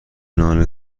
نان